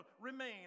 remain